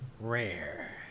rare